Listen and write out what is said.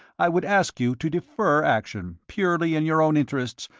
i would ask you to defer action, purely in your own interests,